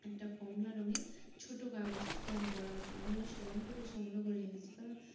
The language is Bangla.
একটা কমলা রঙের ছোটো কাগজে স্ট্যাম্প করা হতো আমি ওই স্ট্যাম্পগুলো সংগ্রহ করে রেখেছি কারণ